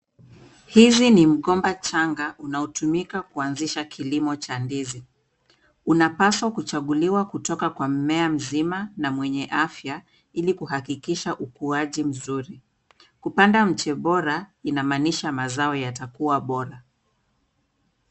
Huu ni mgomba changa unaotumika kuanzisha kilimo cha ndizi, unapaswa kuchaguliwa kutoka kwa mimea mzima na wenye afya ili kuhakikisha ukuaji mzuri, kupanda mche bora inamaanisha mazao yatakuwa bora.